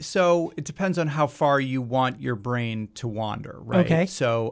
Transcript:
so it depends on how far you want your brain to wander roquet so